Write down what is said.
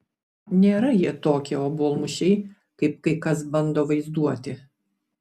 nėra jie tokie obuolmušiai kaip kai kas bando vaizduoti